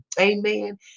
Amen